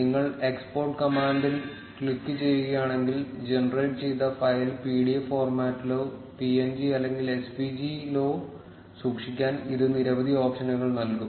നിങ്ങൾ എക്സ്പോർട്ട് കമാൻഡിൽ ക്ലിക്കുചെയ്യുകയാണെങ്കിൽ ജനറേറ്റ് ചെയ്ത ഫയൽ pdf ഫോർമാറ്റിലോ png അല്ലെങ്കിൽ svg ലോ സൂക്ഷിക്കാൻ ഇത് നിരവധി ഓപ്ഷനുകൾ നൽകും